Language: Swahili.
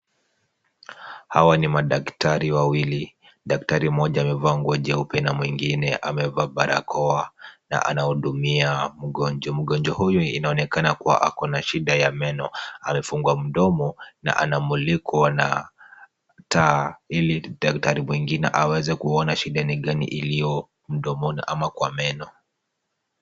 Hawa ni madaktari wawili, dakatari mmoja amevaa nguo jeupe na mwingine amevaa barakoa na anahudumia mgonjwa. Mgonjwa huyu inaonekana kuwa ako na shida ya meno. Amefungua mdomo na anamulikwa na taa ili daktari mwingine aweze kuona shida ni gani iliyo mdomoni ama kwa meno.